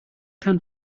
can